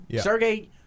Sergey